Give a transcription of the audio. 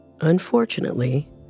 Unfortunately